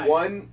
one